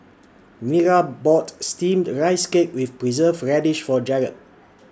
Nira bought Steamed Rice Cake with Preserved Radish For Jarrad